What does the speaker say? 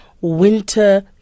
winter